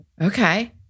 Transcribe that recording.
Okay